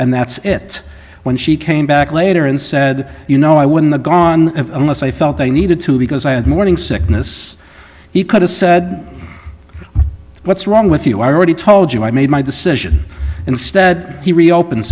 and that's it when she came back later and said you know i would in the gone unless i felt i needed to because i had morning sickness he could have said what's wrong with you i already told you i made my decision instead he reopens